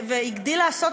והגדיל לעשות,